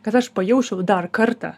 kad aš pajausčiau dar kartą